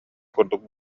курдук